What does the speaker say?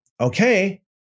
okay